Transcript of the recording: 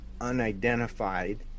unidentified